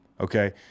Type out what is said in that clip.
Okay